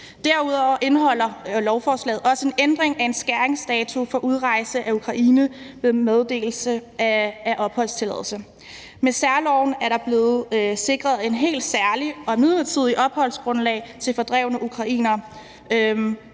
Derudover indeholder lovforslaget også en ændring af en skæringsdato for udrejse af Ukraine ved meddelelse af opholdstilladelse. Med særloven er der blevet sikret et helt særligt og midlertidigt opholdsgrundlag til fordrevne ukrainere,